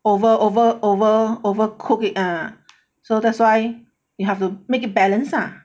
over over over over cook it ah so that's why you have to make balance ah